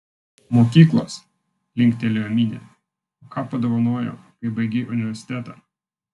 mokyklos linktelėjo minė o ką padovanojo kai baigei universitetą